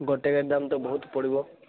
ଗୋଟେ ଗାଡ଼ି ଦାମ୍ ତ ବହୁତ ପଡ଼ିବ